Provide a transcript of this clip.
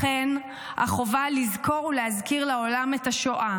לכן החובה לזכור ולהזכיר לעולם את השואה.